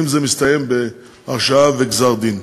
אם זה מסתיים בהרשעה וגזר-דין.